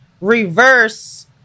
reverse